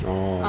no